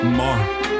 mark